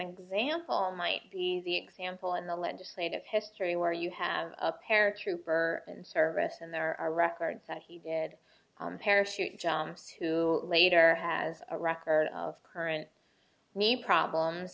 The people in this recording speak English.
example might be the example in the legislative history where you have a paratrooper in service and there are records that he did parachute jumps who later has a record of current me problems